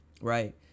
right